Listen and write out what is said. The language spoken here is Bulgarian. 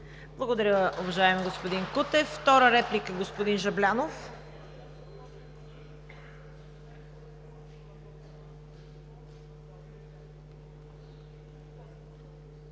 Благодаря, уважаеми господин Кутев. Втора реплика – господин Жаблянов.